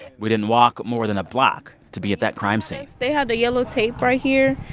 we didn't walk more than a block to be at that crime scene they had the yellow tape right here,